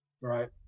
right